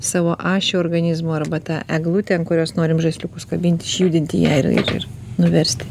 savo ašį organizmo arba tą eglutę ant kurios norim žaisliukus kabinti išjudinti ją ir ir nuversti